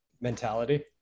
mentality